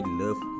love